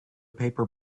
paper